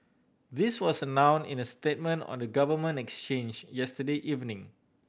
this was announce in a statement on the Government Exchange yesterday evening